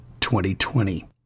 2020